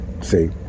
See